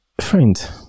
friend